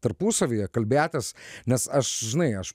tarpusavyje kalbėtis nes aš žinai aš